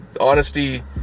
honesty